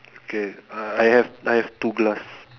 okay I I have I have two glass